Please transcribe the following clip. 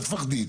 אל תפחדי.